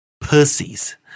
Pussies